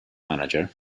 manager